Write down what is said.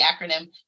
acronym